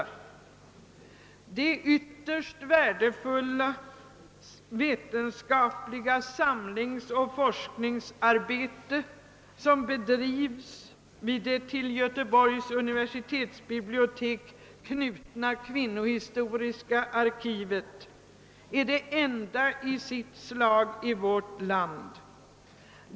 Det ytterst värdefulla vetenskapliga samlingsoch forskningsarbete, som bedrivs vid det till Göteborgs universitetsbibliotek knutna kvinnohistoriska arkivet, är det enda i sitt slag inom vårt land.